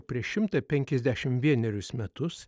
prieš šimtą penkiasdešim vienerius metus